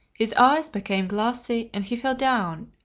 his eyes became glassy, and he fell down,